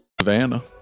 Savannah